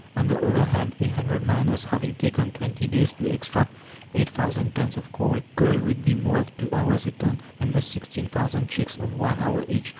on the other hand, a hundred miners having taken twenty days to extract eight thousand tons of coal, coal would be worth two hours a ton, and the sixteen thousand cheques of one hour each,